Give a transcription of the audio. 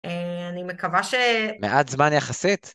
אה... אני מקווה ש... מעט זמן יחסית?